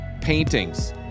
paintings